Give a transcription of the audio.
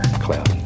cloud